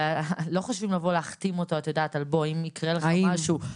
ולא חושבים לבוא להחתים אותו על מה אם יקרה לו משהו,